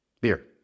Beer